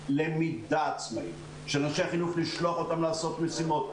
למידה עצמאית ויכולת של אנשי החינוך לשלוח אותם לעשות משימות.